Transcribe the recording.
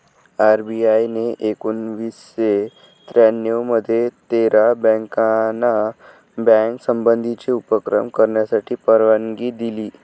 RBI ने एकोणावीसशे त्र्यानऊ मध्ये तेरा बँकाना बँक संबंधीचे उपक्रम करण्यासाठी परवानगी दिली